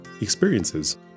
experiences